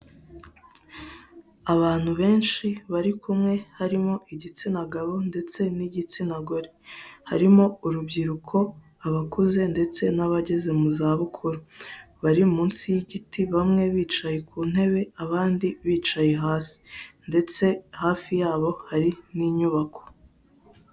Abantu benshi bari kumwe harimo igitsina gabo ndetse n'igitsina gore; harimo urubyiruko abakuze ndetse n'abageze mu zabukuru bari munsi y'igiti bamwe bicaye ku ntebe abandi bicaye hasi ndetse hafi yabo hari n'inyubako.